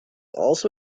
also